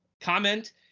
comment